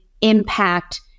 impact